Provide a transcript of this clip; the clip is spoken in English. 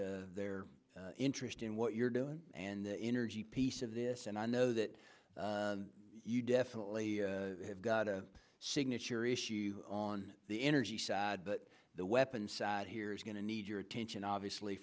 their interest in what you're doing and the energy piece of this and i know that you definitely have got a signature issue on the energy sad but the weapons side here is going to need your attention obviously